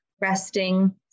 resting